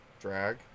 drag